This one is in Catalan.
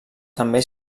també